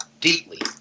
deeply